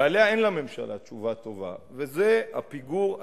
ועליה אין לממשלה תשובה טובה, וזה הפיגור התשתיתי,